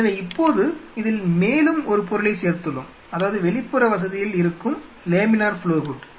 எனவே இப்போது இதில் மேலும் ஒரு பொருளைச் சேர்த்துள்ளோம் அதாவது வெளிப்புற வசதியில் இருக்கும் லேமினார் ஃப்ளோ ஹூட்